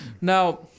Now